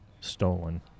stolen